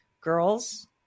girls